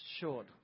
short